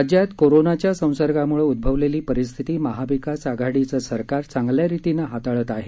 राज्यात कोरोनाच्या संसर्गाम्ळे उद्भवलेली परिस्थिती महाविकास आघाडीचं सरकार चांगल्या रितीनं हाताळत आहे